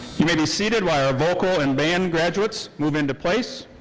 you may be seated while our vocal and band graduates move into place.